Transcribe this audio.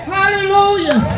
Hallelujah